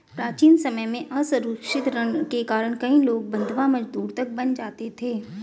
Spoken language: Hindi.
प्राचीन समय में असुरक्षित ऋण के कारण कई लोग बंधवा मजदूर तक बन जाते थे